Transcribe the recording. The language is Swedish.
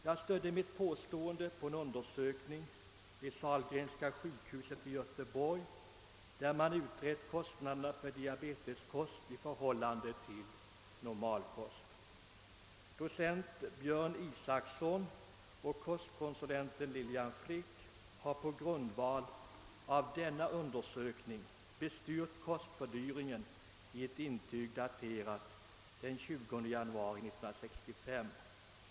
Jag stödde detta mitt påstående på en undersökning vid Sahlgrenska sjukhuset i Göteborg, där man har utrett kostnaderna för diabetikerkost i förhållande till normalkost. Docent Björn Isakson och kostkonsulenten Lillian Frick har på grundval av denna undersökning bestyrkt kostfördelningen i ett intyg daterat den 20 januari 1965.